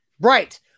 Right